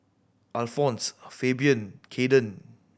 Alphonse Fabian Caiden